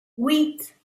huit